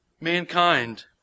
mankind